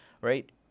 right